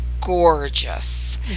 gorgeous